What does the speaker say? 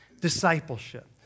discipleship